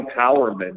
empowerment